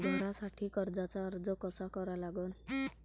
घरासाठी कर्जाचा अर्ज कसा करा लागन?